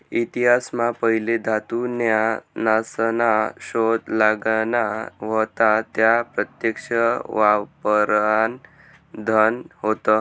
इतिहास मा पहिले धातू न्या नासना शोध लागना व्हता त्या प्रत्यक्ष वापरान धन होत